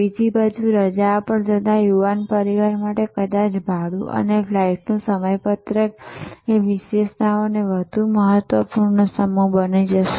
બીજી બાજુ રજા પર જતા યુવાન પરિવાર માટે કદાચ ભાડું અને ફ્લાઇટનું સમયપત્રક એ વિશેષતાઓનો વધુ મહત્ત્વનો સમૂહ બની જશે